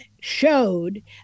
showed